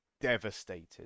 devastated